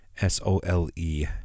S-O-L-E